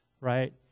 right